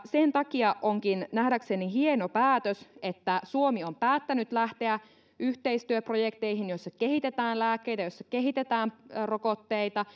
sen takia onkin nähdäkseni hieno päätös että suomi on päättänyt lähteä yhteistyöprojekteihin joissa kehitetään lääkkeitä joissa kehitetään rokotteita